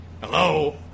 hello